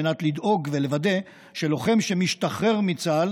על מנת לדאוג ולוודא שלוחם שמשתחרר מצה"ל